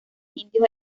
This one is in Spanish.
indios